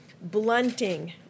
blunting